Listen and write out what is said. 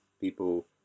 people